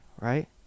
right